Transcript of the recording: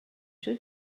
шүү